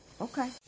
Okay